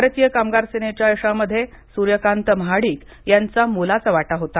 भारतीय कामगार सेनेच्या यशामध्ये सुर्यकांत महाडिक यांचा मोलाचा वाटा होता